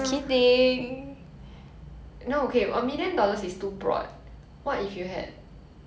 ya cause if a~ if it's a million right most people will be like oh 我要捐钱 oh 我要投资